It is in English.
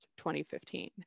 2015